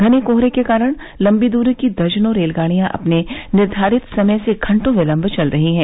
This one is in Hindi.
घने कोहरे के कारण लंबी दूरी की दर्जनों रेलगाड़ियां अपने निर्घारित समय से घंटों विलंब से चल रही हैं